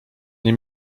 nie